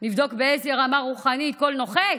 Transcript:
לבדוק באיזו רמה רוחנית כל נוחת.